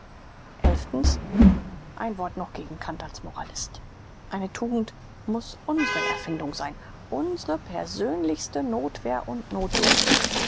ein wort noch gegen kant als moralist eine tugend muß unsre erfindung sein unsre persönlichste nothwehr und nothdurft